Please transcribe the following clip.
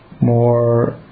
more